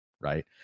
Right